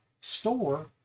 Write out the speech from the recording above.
store